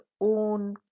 own